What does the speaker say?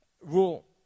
rule